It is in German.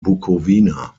bukowina